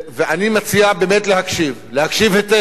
ואני מציע באמת להקשיב, להקשיב היטב: